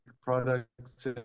products